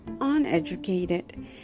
uneducated